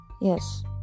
yes